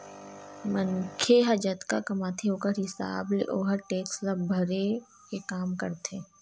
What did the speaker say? मनखे ह जतका कमाथे ओखर हिसाब ले ओहा टेक्स ल भरे के काम करथे